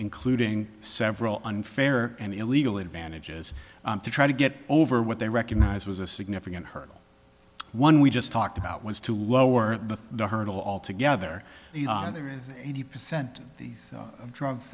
including several unfair and illegal advantages to try to get over what they recognized was a significant hurdle one we just talked about was to lower the hurdle altogether eighty percent these drugs